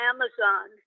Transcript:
Amazon